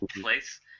place